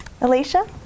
Alicia